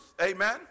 Amen